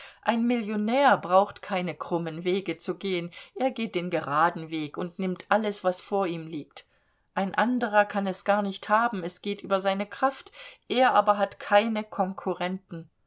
ein millionär braucht keine krummen wege zu gehen er geht den geraden weg und nimmt alles was vor ihm liegt ein anderer kann es gar nicht haben es geht über seine kraft er aber hat keine konkurrenten